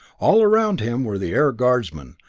all around him were the air guardsmen,